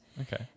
Okay